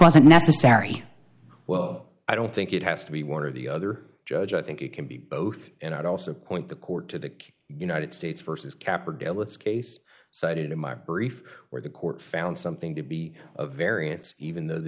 wasn't necessary well i don't think it has to be one or the other judge i think it can be both and i'd also point the court to the united states versus capper dilutes case cited in my brief where the court found something to be a variance even though the